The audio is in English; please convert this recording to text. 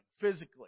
physically